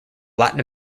latin